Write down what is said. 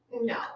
no